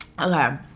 Okay